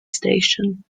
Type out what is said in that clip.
station